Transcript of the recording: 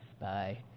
Bye